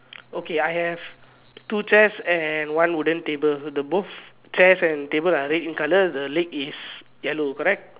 okay I have two chairs and one wooden table the both chairs and table are red in color the leg is yellow correct